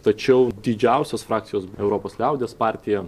tačiau didžiausios frakcijos europos liaudies partija